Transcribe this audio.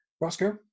Roscoe